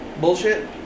Bullshit